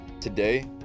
Today